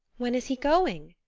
when is he going?